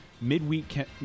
Midweek